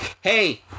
hey